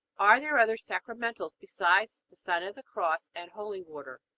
are there other sacramentals besides the sign of the cross and holy water?